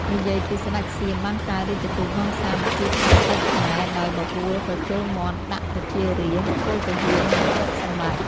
និយាយពីស្ដេចសៀមបានប្រើរាជទូតនាំសារមកទូលថ្វាយស្ដេចខ្មែរ ដោយបបួលប្រជល់មាន់ដាក់ប្រជារាស្ដ្រ ពលទាហាននិងទ្រព្យសម្បត្តិ។